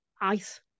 Ice